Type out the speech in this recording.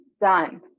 done